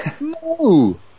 No